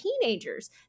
teenagers